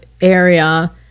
area